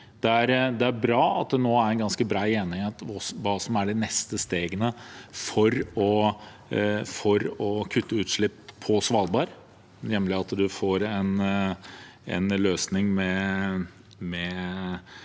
Det er bra at det nå er en ganske bred enighet om hva som er de neste stegene for å kutte utslipp på Svalbard, nemlig at man får en løsning med